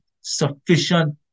sufficient